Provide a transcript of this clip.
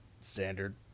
standard